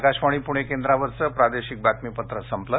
आकाशवाणी पुणे केंद्रावरचं प्रादेशिक बातमीपत्र संपलं